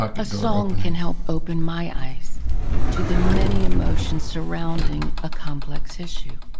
a song can help open my eyes to the many emotions surrounding a complex issue.